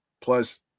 Plus